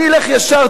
אני אלך ישר.